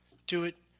do it,